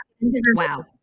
Wow